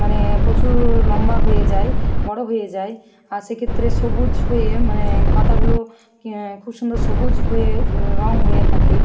মানে প্রচুর লম্বা হয়ে যায় বড় হয়ে যায় আর সেক্ষেত্রে সবুজ হয়ে মানে পাতাগুলো খুব সুন্দর সবুজ হয়ে রঙ হয়ে থাকে